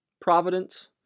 providence